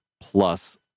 plus